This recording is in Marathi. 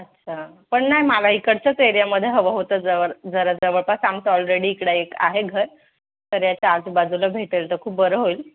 अच्छा पण नाही मला इकडच्याच एरियामध्ये हवं होतं जरा जवळपास आमचं ऑलरेडी इकडं एक आहे घर तर याच्या आजूबाजूला भेटेल तर बरं होईल